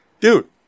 Dude